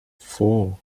four